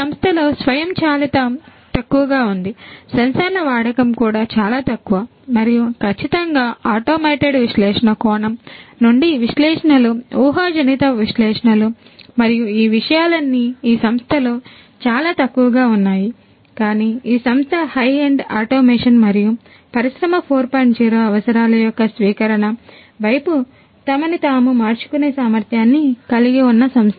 0 అవసరాల యొక్క స్వీకరణ వైపు తమను తాము మార్చుకునే సామర్థ్యాన్ని కలిగి ఉన్న సంస్థ